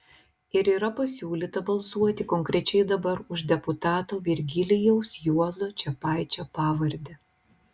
ir yra pasiūlyta balsuoti konkrečiai dabar už deputato virgilijaus juozo čepaičio pavardę